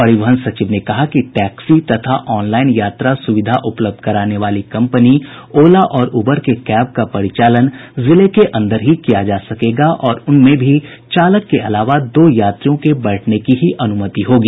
परिवहन सचिव ने कहा कि टैक्सी तथा ऑनलाइन यात्रा सुविधा उपलब्ध कराने वाली कंपनी ओला और उबर के कैब का परिचालन जिले के अंदर ही किया जा सकेगा और उनमें भी चालक के अलावा दो यात्रियों के बैठने की ही अनुमति होगी